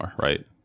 right